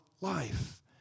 life